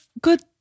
good